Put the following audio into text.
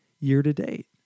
year-to-date